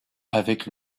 avec